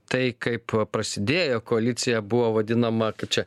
tai kaip prasidėjo koalicija buvo vadinama kad čia